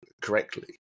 correctly